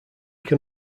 can